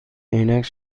عینک